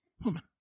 woman